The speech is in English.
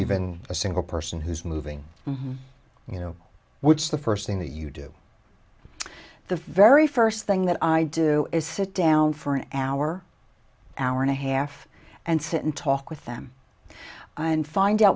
even a single person who's moving you know which the first thing that you do the very first thing that i do is sit down for an hour hour and a half and sit and talk with them and find out